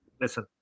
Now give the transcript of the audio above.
listen